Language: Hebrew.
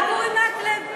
רק אורי מקלב?